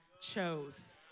chose